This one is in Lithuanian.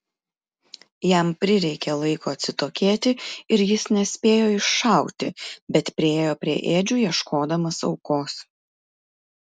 jam prireikė laiko atsitokėti ir jis nespėjo iššauti bet priėjo prie ėdžių ieškodamas aukos